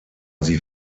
sie